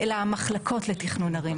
אלא המחלקות לתכנון ערים.